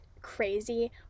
crazy